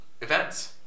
events